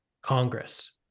Congress